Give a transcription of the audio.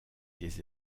des